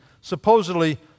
supposedly